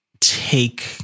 take